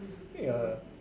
ya